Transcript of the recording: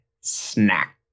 snack